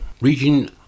region